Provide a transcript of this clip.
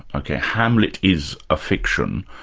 ok hamlet is a fiction,